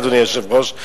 אדוני היושב-ראש.